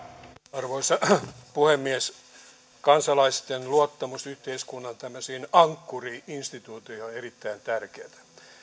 arvoisa puhemies kansalaisten luottamus yhteiskunnan ankkuri instituutioihin on erittäin tärkeätä